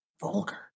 vulgar